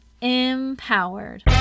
empowered